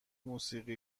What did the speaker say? موسیقی